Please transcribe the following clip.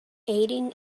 aiding